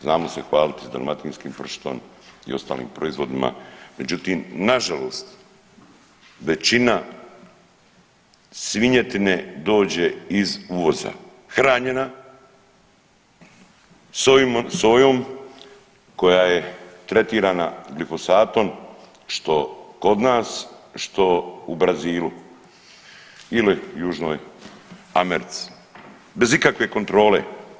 Znamo se hvaliti s dalmatinskim pršutom i ostalim proizvodima, međutim nažalost većina svinjetine dođe iz uvoza, hranjena sojom koja je tretirana glifosatom što kod nas što u Brazilu ili Južnoj Americi, bez ikakve kontrole.